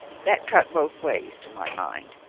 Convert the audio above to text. that cut both ways, to my mind.